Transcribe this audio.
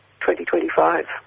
2025